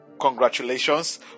congratulations